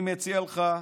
אני מציע לך,